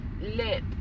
lip